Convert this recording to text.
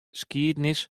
skiednis